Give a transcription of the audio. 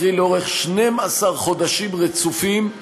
קרי לאורך 12 חודשים רצופים,